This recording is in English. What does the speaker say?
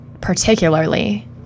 particularly